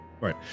right